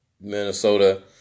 Minnesota